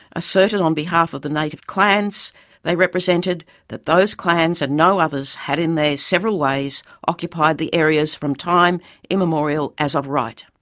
asserted on behalf of the native clans they represented that those clans and no others had in their several ways occupied the areas from time immemorial as of right.